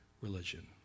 religion